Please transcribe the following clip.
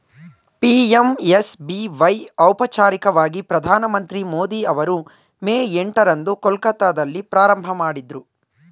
PMSBY ಔಪಚಾರಿಕವಾಗಿ ಪ್ರಧಾನಮಂತ್ರಿ ಮೋದಿ ಅವರು ಮೇ ಎಂಟ ರಂದು ಕೊಲ್ಕತ್ತಾದಲ್ಲಿ ಪ್ರಾರಂಭಮಾಡಿದ್ರು